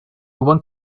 want